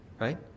right